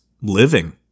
living